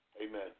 Amen